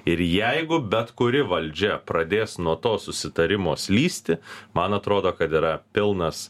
ir jeigu bet kuri valdžia pradės nuo to susitarimo slysti man atrodo kad yra pilnas